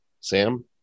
sam